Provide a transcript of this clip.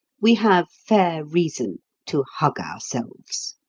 we have fair reason to hug ourselves.